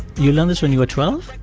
you learned this when you were twelve?